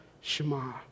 Shema